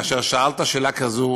כאשר שאלת שאלה כזאת,